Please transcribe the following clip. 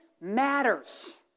matters